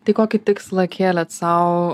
tai kokį tikslą kėlėt sau